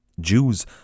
Jews